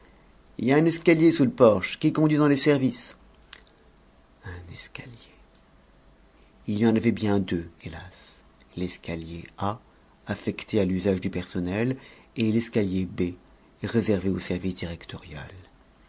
il y a un escalier sous le porche qui conduit dans les services un escalier il y en avait bien deux hélas l'escalier a affecté à l'usage du personnel et l'escalier b réservé au service